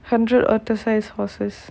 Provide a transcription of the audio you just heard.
hundred otter sized horses